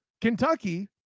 Kentucky